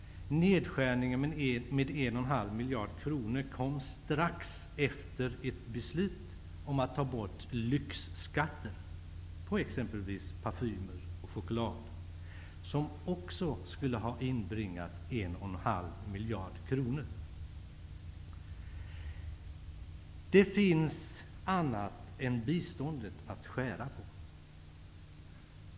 Nedskärningen motsvarande 1,5 miljarder kronor kom strax efter ett beslut om att ta bort lyxskatten på exempelvis parfymer och choklad, som också skulle ha inbringat 1,5 miljarder kronor. Det finns annat än biståndet att skära ner på.